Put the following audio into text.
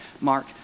Mark